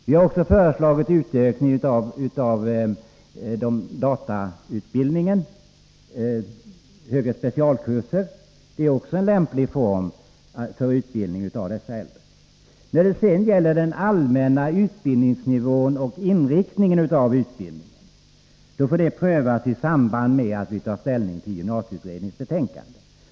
Vi har också föreslagit en utökning av datautbildningen — med högre specialkurser, som också är en lämplig form av utbildning för dessa äldre. Den allmänna utbildningsnivån och inriktningen av utbildningen får prövas i samband med att vi tar ställning till gymnasieutredningens betänkande.